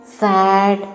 sad